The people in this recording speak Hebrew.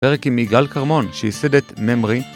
פרק עם יגאל כרמון, שייסד את ממרי